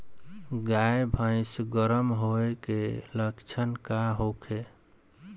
गाय भैंस गर्म होय के लक्षण का होखे?